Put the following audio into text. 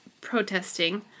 protesting